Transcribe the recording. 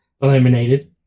eliminated